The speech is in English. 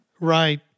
Right